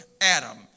Adam